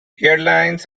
airlines